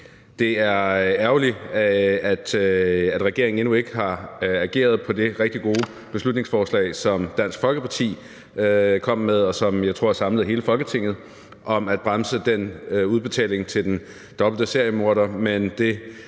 Det er ærgerligt, at regeringen endnu ikke har ageret på det rigtig gode beslutningsforslag, som Dansk Folkeparti kom med, og som jeg tror samlede hele Folketinget, om at bremse den udbetaling til den dobbelte morder.